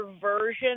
version